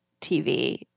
TV